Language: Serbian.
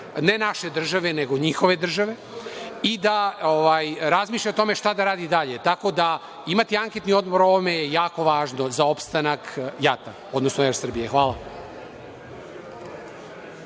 ne naše države, nego njihove države, i da razmišlja o tome šta da radi dalje. Tako da imati anketni odbor o ovome je jako važno za opstanak JAT-a, odnosno „ER Srbije“. Hvala.